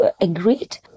agreed